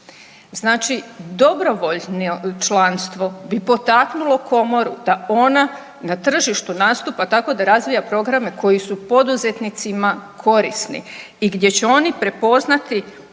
Znači dobrovoljno članstvo bi potaknulo Komoru da ona na tržištu nastupa tako da razvija programe koji su poduzetnicima korisni i gdje će oni prepoznati nekakav